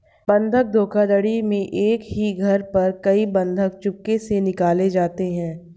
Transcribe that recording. बंधक धोखाधड़ी में एक ही घर पर कई बंधक चुपके से निकाले जाते हैं